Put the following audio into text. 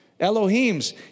Elohims